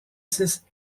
six